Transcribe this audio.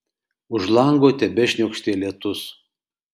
už lango tebešniokštė lietus